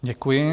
Děkuji.